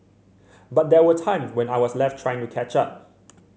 but there were times when I was left trying to catch up